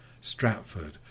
Stratford